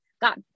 got